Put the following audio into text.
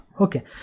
Okay